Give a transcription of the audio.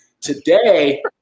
Today